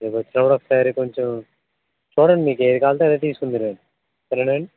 రేపు వచ్చినప్పుడు ఒకసారి కొంచం చూడండి మీకు ఏది కావాలంటే అదే తీసుకుందురు గానీ